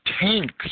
tanks